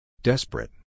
Desperate